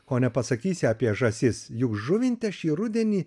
ko nepasakysi apie žąsis juk žuvinte šį rudenį